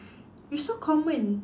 you so common